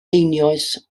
einioes